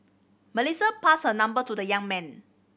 Melissa passed her number to the young man